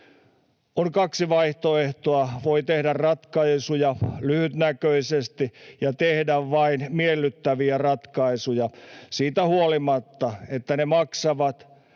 On kaksi vaihtoehtoa: Voi tehdä ratkaisuja lyhytnäköisesti ja tehdä vain miellyttäviä ratkaisuja siitä huolimatta, että ne maksavat,